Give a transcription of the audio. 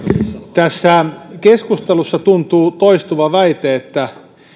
tässä keskustelussa tuntuu toistuvan väite että